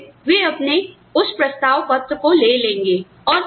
और फिर वे अपने उस प्रस्ताव पत्र को ले लेंगे